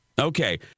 okay